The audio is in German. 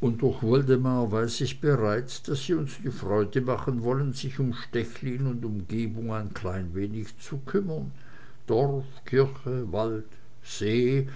und durch woldemar weiß ich bereits daß sie uns die freude machen wollen sich um stechlin und umgegend ein klein wenig zu kümmern dorf kirche wald see